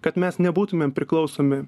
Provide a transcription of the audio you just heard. kad mes nebūtumėm priklausomi